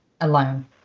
alone